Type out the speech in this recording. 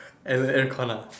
and aircon ah